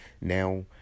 now